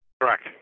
Correct